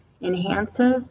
enhances